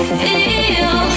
feel